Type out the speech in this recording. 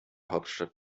hauptstadt